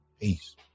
Peace